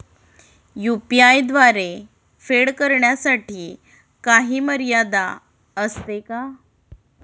UPI द्वारे फेड करण्यासाठी काही मर्यादा असते का?